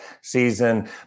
season